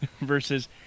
versus